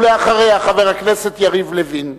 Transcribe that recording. ולאחריה, חבר הכנסת יריב לוין.